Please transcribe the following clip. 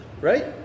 Right